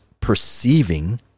perceiving